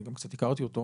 אני גם קצת הכרתי אותו.